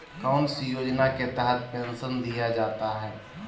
कौन सी योजना के तहत पेंसन दिया जाता है?